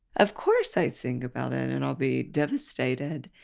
of course i think about it, and i'll be devastated.